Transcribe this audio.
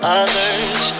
others